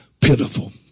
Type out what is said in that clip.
pitiful